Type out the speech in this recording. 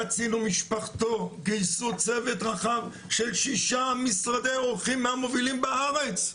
קצין ומשפחתו גייסו צוות רחב של שישה משרדי עורכי דין מהמובילים בארץ,